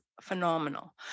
phenomenal